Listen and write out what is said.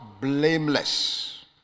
blameless